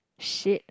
shit